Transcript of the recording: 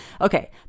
Okay